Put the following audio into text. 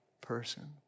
person